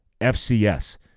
FCS